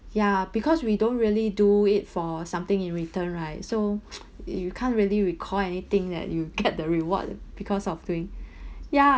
ya because we don't really do it for something in return right so you can't really recall anything that you get the reward because of doing ya